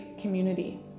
community